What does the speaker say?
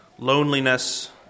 Loneliness